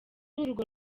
urwo